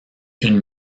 une